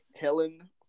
Helen